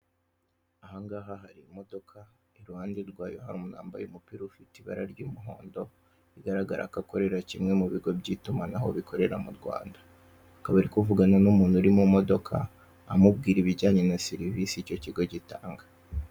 Aha ngaha hari imodoka iruhande rw'ayo hari umuntu wambaye umupira ufite ibara ry'umuhondo, bigaragara ko akorera kimwe mu bigo by'itumanaho bikorera mu Rwanda, akaba ari kuvugana n'umuntu uri mu modoka, amubwira ibijyanye na serivise icyo kigo gitanga.